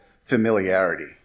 familiarity